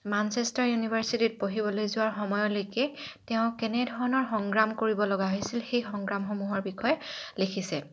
Manchester ইউনিভাৰ্ছিটিত পঢ়িবলৈ যোৱাৰ সময়লৈকে তেওঁ কেনেধৰণৰ সংগ্ৰাম কৰিব লগা হৈছিল সেই সংগ্ৰামসমূহৰ বিষয়ে লিখিছে